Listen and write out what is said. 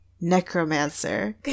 Necromancer